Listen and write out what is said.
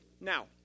Now